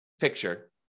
picture